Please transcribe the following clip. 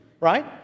right